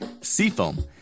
Seafoam